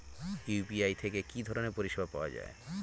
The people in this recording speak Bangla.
ইউ.পি.আই থেকে কি ধরণের পরিষেবা পাওয়া য়ায়?